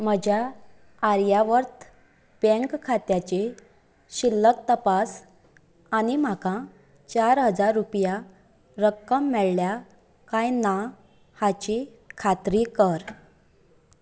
म्हज्या आर्यावर्त बँक खात्याची शिल्लक तपास आनी म्हाका चार हजार रुपया रक्कम मेळ्यां कांय ना हाची खात्री कर